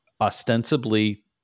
ostensibly